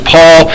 Paul